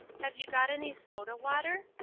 have you got any soda-water?